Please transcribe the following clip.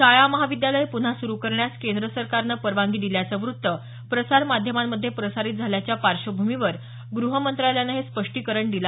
शाळा महाविद्यालयं पुन्हा सुरु करण्यास केंद्र सरकारनं परवानगी दिल्याचं वृत्त प्रसारमाध्यमांमध्ये प्रसारित झाल्याच्या पार्श्वभूमीवर गृह मंत्रालयानं हे स्पष्टीकरण दिलं